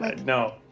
No